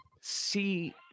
See